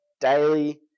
daily